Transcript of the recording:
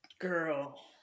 Girl